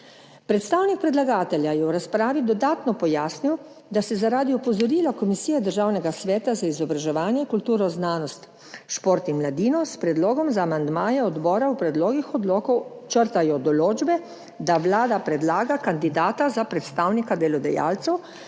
Predstavnik predlagatelja je v razpravi dodatno pojasnil, da se zaradi opozorila Komisije Državnega sveta za izobraževanje, kulturo, znanost, šport in mladino s predlogom za amandmaje odbora v predlogih odlokov črtajo določbe, da Vlada predlaga kandidata za predstavnika delodajalcev